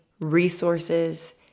resources